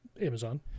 Amazon